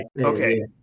Okay